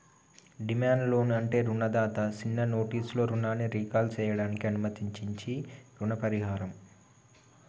demand loan అంటే రుణదాత సిన్న నోటీసులో రుణాన్ని రీకాల్ సేయడానికి అనుమతించించీ రుణ పరిహారం